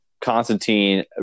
Constantine